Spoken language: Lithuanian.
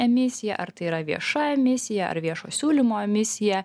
emisija ar tai yra vieša emisija ar viešo siūlymo emisija